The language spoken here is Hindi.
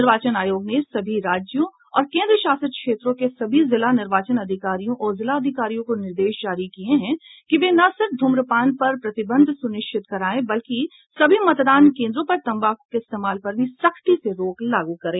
निर्वाचन आयोग ने सभी आज्यों और केन्द्र शासित क्षेत्रों के सभी जिला निर्वाचन अधिकारियों और जिलाधिकारियों को निर्देश जारी किये हैं कि वे न सिर्फ धूम्रपान पर प्रतिबंध सुनिश्चित कराये बल्कि सभी मतदान केन्द्रों पर तम्बाकू के इस्तेमाल पर भी सख्ती से रोक लागू करें